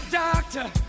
Doctor